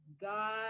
God